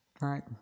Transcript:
right